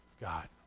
God